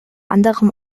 anderem